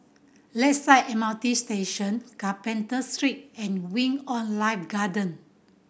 Lakeside M R T Station Carpenter Street and Wing On Life Garden